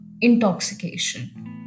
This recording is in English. intoxication